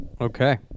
Okay